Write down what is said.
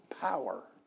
power